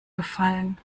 gefallen